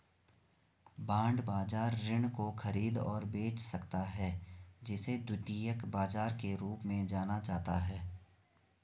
bond बाजार ऋण को खरीद और बेच सकता है जिसे द्वितीयक बाजार के रूप में जाना जाता है